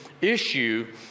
issue